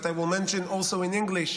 but I will mention also in English,